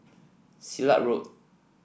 Silat Road